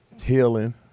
healing